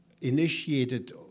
initiated